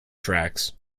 tracks